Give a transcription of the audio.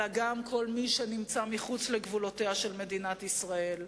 אלא גם כל מי שנמצא מחוץ לגבולותיה של מדינת ישראל.